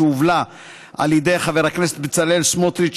שהובלה על ידי חבר הכנסת בצלאל סמוטריץ,